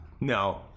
No